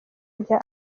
rya